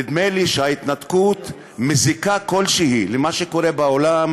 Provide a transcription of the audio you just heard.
נדמה לי שההתנתקות מזיקה כלשהי למה שקורה בעולם,